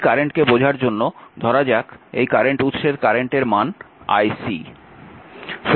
এই কারেন্টকে বোঝার জন্য ধরা যাক এই কারেন্ট উৎসের কারেন্টের মান ic